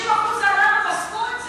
50% העלאה במשכורת,